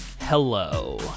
Hello